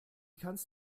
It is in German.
kannst